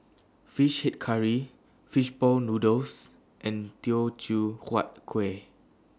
Fish Head Curry Fish Ball Noodles and Teochew Huat Kueh